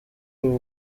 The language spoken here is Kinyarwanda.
uba